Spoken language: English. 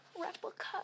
Replica